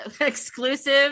exclusive